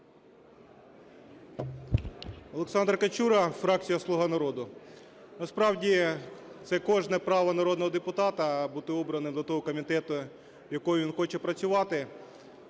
Олександр Качура, фракція "Слуга народу". Насправді це кожне право народного депутата – бути обраним до того комітету, в якому він хоче працювати.